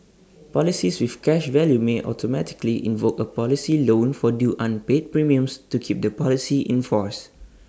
policies with cash value may automatically invoke A policy loan for due unpaid premiums to keep the policy in force